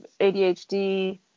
ADHD